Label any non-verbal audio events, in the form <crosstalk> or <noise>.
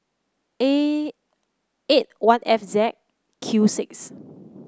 <hesitation> eight one F Z Q six